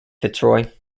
fitzroy